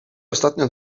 ostatnio